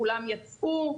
כולם יצאו.